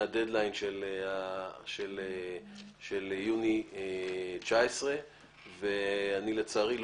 מהדד-ליין של יוני 2019. ולצערי,